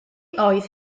oedd